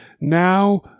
Now